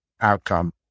outcome